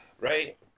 right